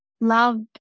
loved